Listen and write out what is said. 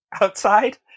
outside